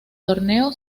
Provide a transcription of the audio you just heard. torneo